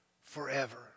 forever